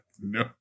no